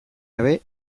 gabe